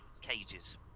cages